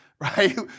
right